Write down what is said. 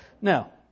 Now